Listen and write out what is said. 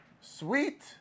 Sweet